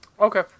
Okay